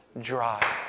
dry